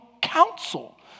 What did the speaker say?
council